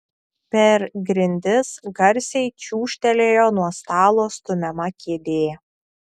per grindis garsiai čiūžtelėjo nuo stalo stumiama kėdė